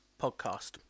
Podcast